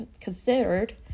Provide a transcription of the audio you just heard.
considered